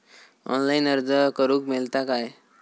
Online अर्ज करूक मेलता काय?